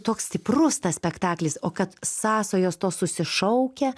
toks stiprus tas spektaklis o kad sąsajos tos susišaukia